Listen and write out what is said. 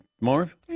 Marv